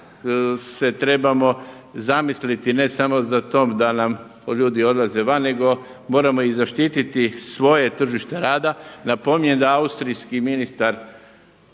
se trebamo zamisliti ne samo za to da nam ljudi odlaze van nego moramo zaštititi svoje tržište rada. Napominjem da austrijski ministar